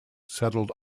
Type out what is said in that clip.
settled